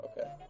Okay